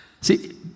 See